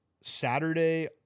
saturday